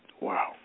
Wow